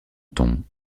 ton